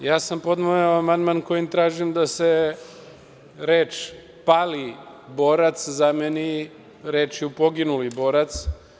Podneo sam ovaj amandman kojim tražim da se reč - pali borac, zameni rečju - poginuli borac.